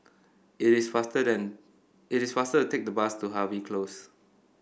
it is faster than it is faster to take the bus to Harvey Close